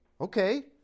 Okay